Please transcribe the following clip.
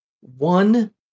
One